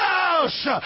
house